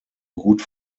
gut